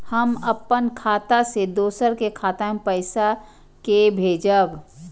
हम अपन खाता से दोसर के खाता मे पैसा के भेजब?